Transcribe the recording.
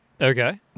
Okay